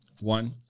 One